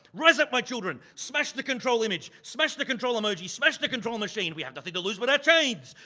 rise up, my children. smash the control image. smash the control emoji. smash the control machine. we have nothing to lose but our chains.